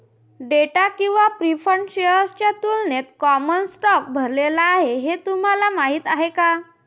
Date किंवा preferred शेअर्सच्या तुलनेत कॉमन स्टॉक भरलेला आहे हे तुम्हाला माहीत आहे का?